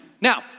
Now